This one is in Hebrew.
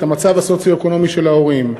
את המצב הסוציו-אקונומי של ההורים,